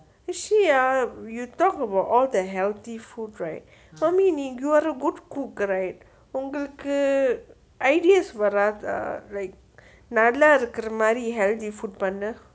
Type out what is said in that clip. actually ya you talk about all that healthy food right for me நீங்க ஒரு:ninge oru a good cook right உங்களுக்கு:unggaluku ideas வராதா நல்லா இருக்குற மாதிரி:varaatha nalla irukkura mathiri healthy food பண்ண:panna